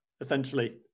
essentially